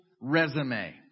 resume